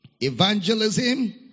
evangelism